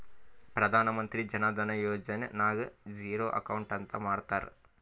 ಪ್ರಧಾನ್ ಮಂತ್ರಿ ಜನ ಧನ ಯೋಜನೆ ನಾಗ್ zero account ಅಂತ ಮಾಡ್ತಾರ